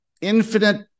infinite